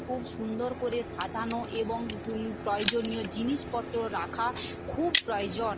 খুব সুন্দর করে সাজানো এবং প্রয়োজনীয় জিনিসপত্র রাখা খুব প্রয়োজন